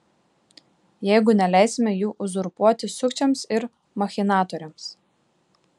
jeigu neleisime jų uzurpuoti sukčiams ir machinatoriams